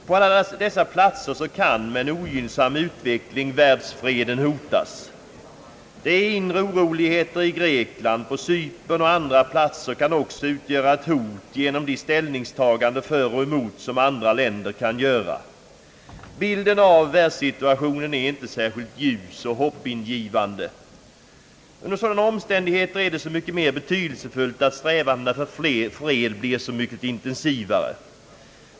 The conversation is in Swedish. På alla dessa platser kan med en ogynnsam utveckling världsfreden hotas. Det är inre oroligheter i Grekland och på Cypern och andra platser som också kan utgöra ett hot på grund av de ställningstaganden för och emot som andra länder kan göra. Bilden av världssituationen är inte särskilt ljus och hoppingivande. Under sådana omständigheter är det så mycket mera betydelsefullt att strävandena för fred blir så mycket intensivare.